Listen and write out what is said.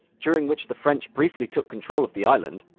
during which the french briefly took control of the island,